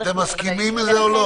אתם מסכימים לזה או לא?